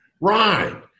Right